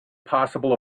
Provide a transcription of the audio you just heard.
possible